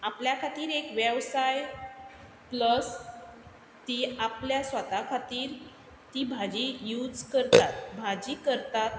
आपल्या खातीर एक वेवसाय प्लस ती आपल्या स्वता खातीर ती भाजी यूज करतात भाजी करतात